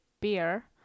beer